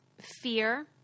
fear